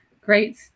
great